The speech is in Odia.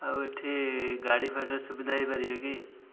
ଆଉ ଏଠି ଗାଡ଼ି ଫାଡ଼ିର ସୁବିଧା ହେଇପାରିବେ କି